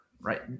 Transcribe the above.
right